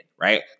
right